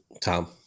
Tom